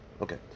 Okay